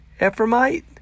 Ephraimite